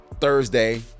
Thursday